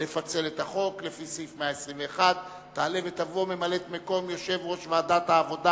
אנחנו צריכים לפצל את החוק לפי סעיף 121. תעלה ותבוא ממלאת-מקום יושב-ראש ועדת העבודה,